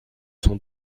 son